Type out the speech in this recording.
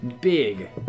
Big